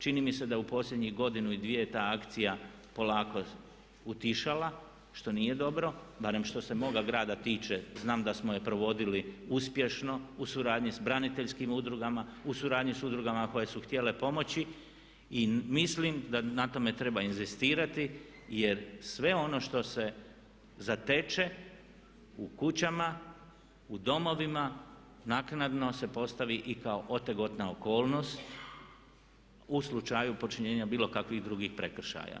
Čini mi se da je u posljednjih godinu ili dvije ta akcija polako utišala što nije dobro, barem što se moga grada tiče, znam da smo je provodili uspješno u suradnji s braniteljskim udrugama, u suradnji s udrugama koje su htjele pomoći i mislim da na tome treba inzistirati jer sve ono što se zateče u kućama, u domovima naknadno se postavi i kao otegotna okolnost u slučaju počinjenja bilo kakvih drugih prekršaja.